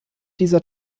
dieser